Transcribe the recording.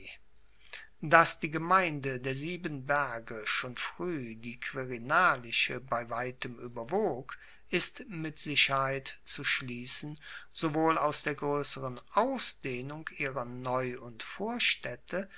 dass die gemeinde der sieben berge schon frueh die quirinalische bei weitem ueberwog ist mit sicherheit zu schliessen sowohl aus der groesseren ausdehnung ihrer neu und vorstaedte